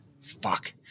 Fuck